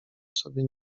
sobie